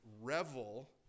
revel